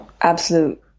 absolute